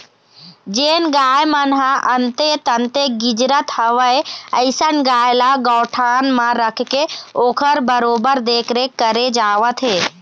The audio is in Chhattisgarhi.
जेन गाय मन ह अंते तंते गिजरत हवय अइसन गाय ल गौठान म रखके ओखर बरोबर देखरेख करे जावत हे